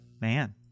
Man